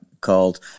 called